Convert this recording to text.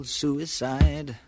suicide